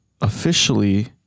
officially